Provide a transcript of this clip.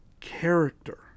character